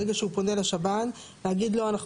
ברגע שהוא פונה לשב"ן להגיד לו: אנחנו